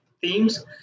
themes